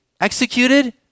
executed